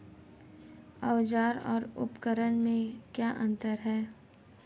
औज़ार और उपकरण में क्या अंतर है?